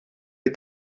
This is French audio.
est